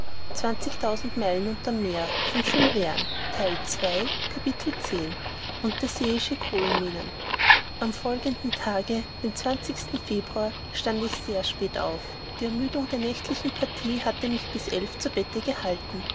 capitel unterseeische kohlenminen am folgenden tage im februar stand ich sehr spät auf die ermüdung der nächtlichen partie hatte mich bis elf uhr zu bette gehalten